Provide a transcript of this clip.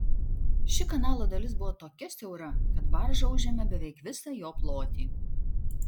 ši kanalo dalis buvo tokia siaura kad barža užėmė beveik visą jo plotį